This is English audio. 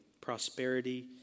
prosperity